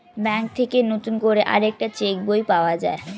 bank থেকে নতুন করে আরেকটা চেক বই পাওয়া যায়